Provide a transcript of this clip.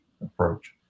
approach